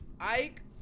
Ike